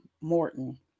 Morton